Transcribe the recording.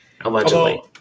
Allegedly